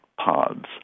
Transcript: pods